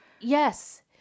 Yes